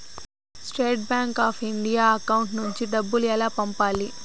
State Bank of India account నుంచి డబ్బులు ఎలా పంపాలి?